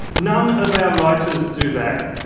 none of our writers do that.